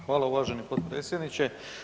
Hvala uvaženi potpredsjedniče.